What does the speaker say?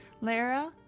Lara